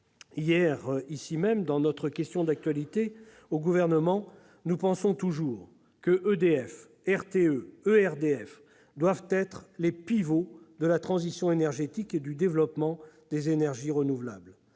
hier, ici même, avec notre question d'actualité au Gouvernement, nous pensons toujours que EDF, RTE et ERDF doivent être les pivots de la transition énergétique et du développement des énergies renouvelables.,